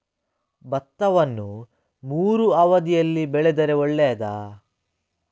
ಭತ್ತವನ್ನು ಮೂರೂ ಅವಧಿಯಲ್ಲಿ ಬೆಳೆದರೆ ಒಳ್ಳೆಯದಾ?